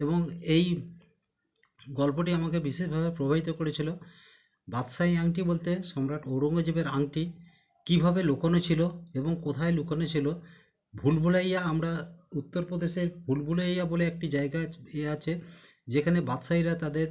এবং এই গল্পটি আমাকে বিশেষভাবে প্রভাবিত করেছিলো বাদশাহী আংটি বলতে সম্রাট ঔরঙ্গজেবের আংটি কীভাবে লুকোনো ছিলো এবং কোথায় লুকোনো ছিলো ভুলভুলাইয়া আমরা উত্তর প্রদেশের ভুলভুলাইয়া বোলে একটি জায়গার এ আছে যেখানে বাদশায়ীরা তাদের